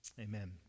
Amen